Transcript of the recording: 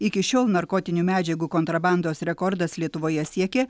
iki šiol narkotinių medžiagų kontrabandos rekordas lietuvoje siekė